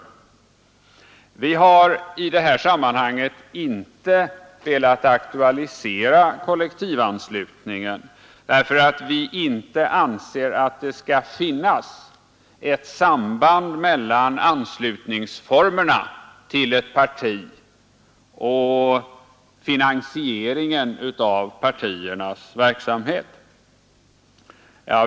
Vi har i det här sammanhanget inte velat aktualisera kollektivanslutningen, därför att vi anser att det inte skall finnas ett samband mellan anslutningsformerna till ett parti och finansieringen av partiernas verksamhet.